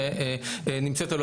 כמו שאמרת, זה משהו אחר.